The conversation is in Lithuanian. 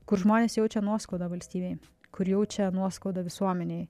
kur žmonės jaučia nuoskaudą valstybei kur jaučia nuoskaudą visuomenei